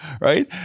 right